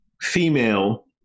female